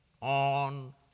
on